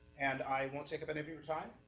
and i won't take up any of your time.